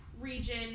region